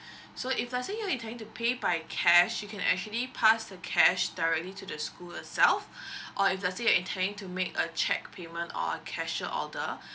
so if lets say like you're trying to pay by cash you can actually pass the cash directly to the school itself or if lets say you're trying to make a cheque payment or a cashier order